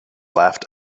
laughed